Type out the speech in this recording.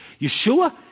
Yeshua